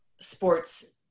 sports